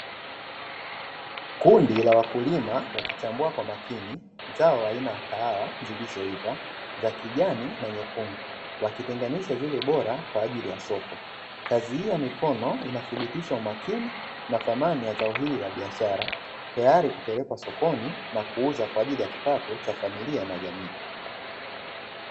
Kundi la wakulima wa kuchambua kwa makini zao aina ya kahawa zilizoiva za kijani na nyekundu, wakitenganishwa zile bora kwa ajili ya soko; kazi ya mikono inathibitisha umakini na thamani ya zao hili la biashara tayari kupelekwa sokoni na kuuza kwa ajili ya kipato cha familia na jamii.